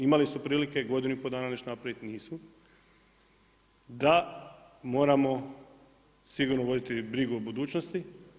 Imali su prilike godinu i pol dana nešto napraviti, nisu, da moramo sigurno voditi brigu o budućnosti.